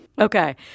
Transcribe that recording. Okay